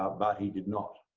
ah but he did not.